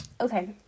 Okay